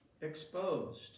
exposed